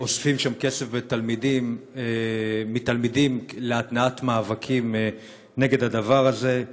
אוספים שם כסף מתלמידים להתנעת מאבקים נגד הדבר הזה.